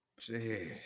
Jeez